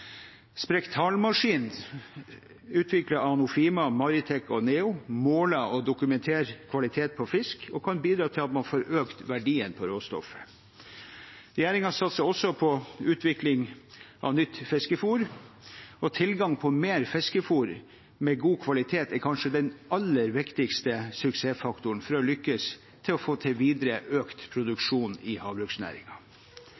og NEO, ma?ler og dokumenterer kvalitet pa? fisk og kan bidra til at man fa?r økt verdien pa? ra?stoffet. Regjeringen satser ogsa? pa? utvikling av nytt fiskefôr. Tilgang pa? mer fiskefôr med god kvalitet er kanskje den aller viktigste suksessfaktoren for a? lykkes med a? fa? til videre økt